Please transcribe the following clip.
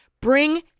bring